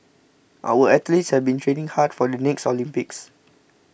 our athletes have been training hard for the next Olympics